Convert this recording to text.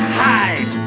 hide